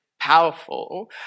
powerful